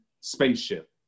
spaceship